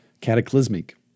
cataclysmic